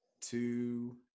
two